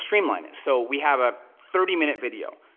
streamline it. so, we have a thirty minute video.